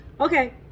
Okay